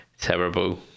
Terrible